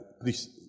please